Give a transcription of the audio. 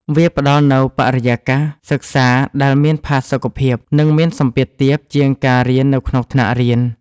វាផ្ដល់នូវបរិយាកាសសិក្សាដែលមានផាសុកភាព និងមានសម្ពាធទាបជាងការរៀននៅក្នុងថ្នាក់រៀន។